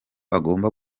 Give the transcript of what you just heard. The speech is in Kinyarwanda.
agomba